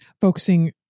focusing